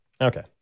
Okay